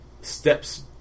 steps